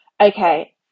okay